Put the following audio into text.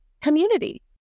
community